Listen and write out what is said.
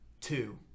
two